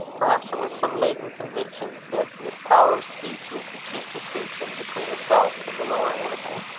perhaps it was some latent conviction that this power of speech was the chief distinction between herself and the lower animals,